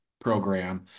program